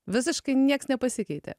visiškai nieks nepasikeitė